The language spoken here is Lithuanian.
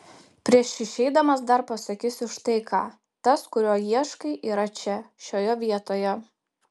prieš išeidamas dar pasakysiu štai ką tas kurio ieškai yra čia šioje vietoje